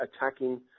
attacking